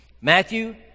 Matthew